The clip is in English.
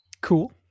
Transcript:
Cool